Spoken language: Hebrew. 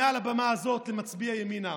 מעל הבמה הזאת למצביע ימינה,